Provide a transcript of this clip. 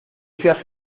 seas